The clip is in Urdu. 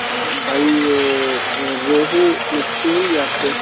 بھائی وہ ریہو مچلھی ہوں گی آپ پہ